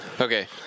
Okay